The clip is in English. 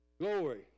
Glory